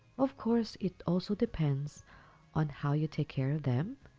of course it also depends on how you take care of them,